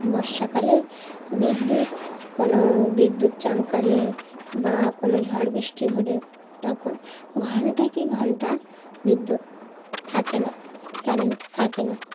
বর্ষাকালে বিদ্যুৎ কোনো বিদ্যুৎ চমকালে বা কোনো ঝড় বৃষ্টি হলে তখন ঘণ্টা কি ঘণ্টা বিদ্যুৎ থাকে না কারেন্ট থাকে না